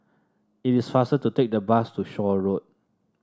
it is faster to take the bus to Shaw Road